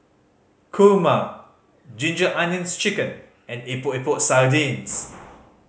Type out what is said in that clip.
kurma Ginger Onions Chicken and Epok Epok Sardin